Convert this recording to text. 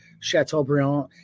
Chateaubriand